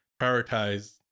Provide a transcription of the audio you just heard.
prioritize